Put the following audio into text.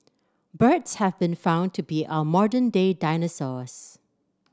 birds have been found to be our modern day dinosaurs